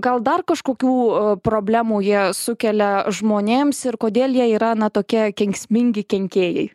gal dar kažkokių problemų jie sukelia žmonėms ir kodėl jie yra na tokie kenksmingi kenkėjai